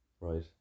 Right